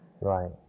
Right